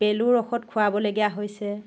পেলুৰ ঔষধ খোৱাবলগীয়া হৈছে